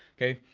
okay?